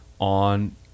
on